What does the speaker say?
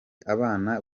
abana